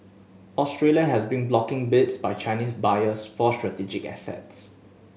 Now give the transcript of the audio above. Australia has been blocking bids by Chinese buyers for strategic assets